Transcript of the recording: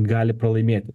gali pralaimėti